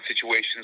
situations